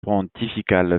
pontificale